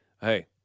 hey